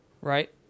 Right